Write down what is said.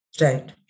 Right